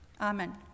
amen